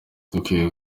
dukwiye